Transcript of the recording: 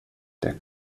der